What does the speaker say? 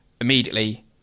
immediately